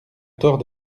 tort